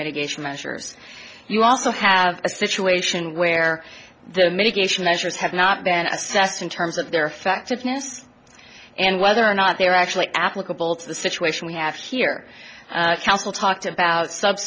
mitigation measures you also have a situation where the medication measures have not been assessed in terms of their effect of his and whether or not they're actually applicable to the situation we have here talked about sub